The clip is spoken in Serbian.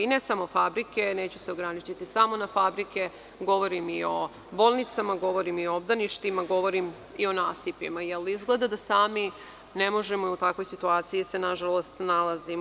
Ne samo fabrike, neću se ograničiti samo na fabrike, govorim i o bolnicama, govorim i o obdaništima, govorim i o nasipima, jer, izgleda da sami ne možemo, jer u takvoj situaciji se nažalost nalazimo.